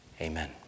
Amen